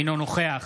אינו נוכח